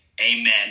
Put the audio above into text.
Amen